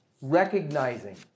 recognizing